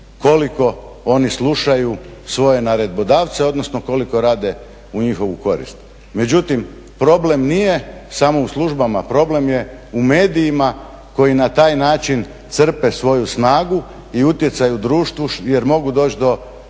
koliko oni slušaju svoje naredbodavce, odnosno koliko rade u njihovu korist. Međutim problem nije samo u službama, problem je u medijima, koji na taj način crpe svoju snagu i utjecaj u društvu, jer mogu doći do